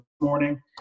morning